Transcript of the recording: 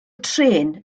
trên